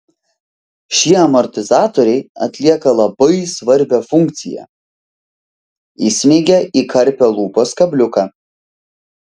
šie amortizatoriai atlieka labai svarbią funkciją įsmeigia į karpio lūpas kabliuką